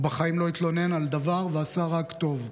"הוא בחיים לא התלונן על דבר ועשה רק טוב.